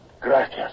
Gracias